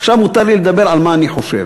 עכשיו מותר לי לדבר על מה אני חושב.